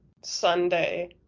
Sunday